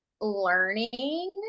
learning